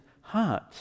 heart